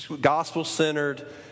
gospel-centered